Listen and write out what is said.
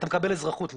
אתה מקבל אזרחות נשמה.